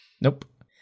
Nope